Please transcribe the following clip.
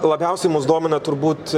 labiausiai mus domina turbūt